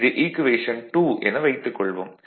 இது ஈக்குவேஷன் 2 என வைத்துக் கொள்வோம்